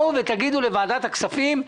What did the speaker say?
תבואו ותגיד לוועדת הכספים.